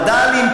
וד"לים,